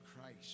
Christ